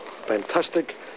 Fantastic